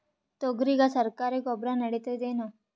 ತೊಗರಿಗ ಸರಕಾರಿ ಗೊಬ್ಬರ ನಡಿತೈದೇನು?